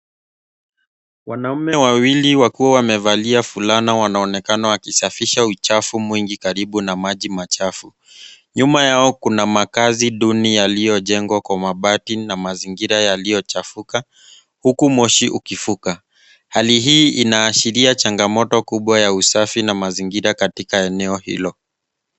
Wanamume wawili wakiwa wamevalia fulana wanaonekana wakisafisha uchafu mwingi karibu na maji machafu. Nyuma yao kuna makazi duni yaliyojengwa kwa mabati na mazingira yaliyochafuka, huku moshi ukifuka. Hali hii inaashiria changamoto kubwa ya usafi na mazingira katika eneo hilo.